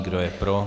Kdo je pro?